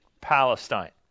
Palestine